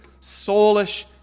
soulish